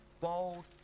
bold